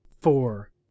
four